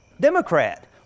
Democrat